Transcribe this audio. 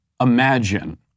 imagine